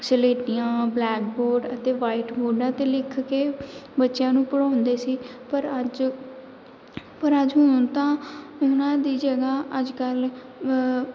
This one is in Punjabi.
ਸਲੇਟੀਆਂ ਬਲੈਕਬੋਰਡ ਅਤੇ ਵਾਈਟ ਬੋਰਡਾਂ 'ਤੇ ਲਿਖ ਕੇ ਬੱਚਿਆਂ ਨੂੰ ਪੜ੍ਹਾਉਂਦੇ ਸੀ ਪਰ ਅੱਜ ਪਰ ਅੱਜ ਹੁਣ ਤਾਂ ਉਹਨਾਂ ਦੀ ਜਗ੍ਹਾ ਅੱਜ ਕੱਲ੍ਹ